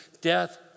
death